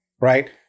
Right